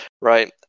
right